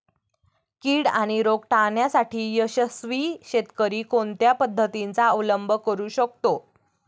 कीड आणि रोग टाळण्यासाठी यशस्वी शेतकरी कोणत्या पद्धतींचा अवलंब करू शकतो?